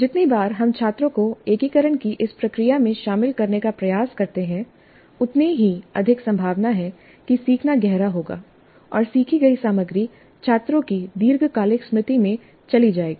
जितनी बार हम छात्रों को एकीकरण की इस प्रक्रिया में शामिल करने का प्रयास करते हैं उतनी ही अधिक संभावना है कि सीखना गहरा होगा और सीखी गई सामग्री छात्रों की दीर्घकालिक स्मृति में चली जाएगी